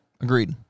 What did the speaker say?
Agreed